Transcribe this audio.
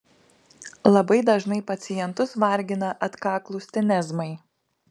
labai dažnai pacientus vargina atkaklūs tenezmai